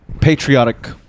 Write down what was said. patriotic